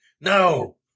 No